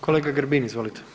Kolega Grbin, izvolite.